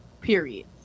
Period